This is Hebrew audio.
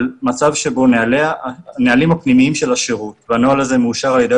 מצב שבו הנהלים הפנימיים של השירות יידרשו